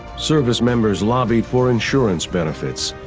service members lobbied for insurance benefits.